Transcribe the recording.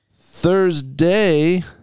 thursday